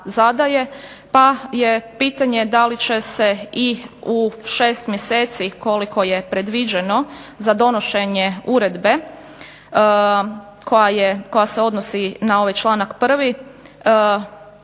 Pa je pitanje da li će se i u 6 mjeseci koliko je predviđeno za donošenje uredbe koja se odnosi na ovaj članak 1. i provesti